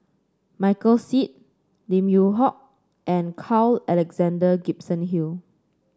Michael Seet Lim Yew Hock and Carl Alexander Gibson Hill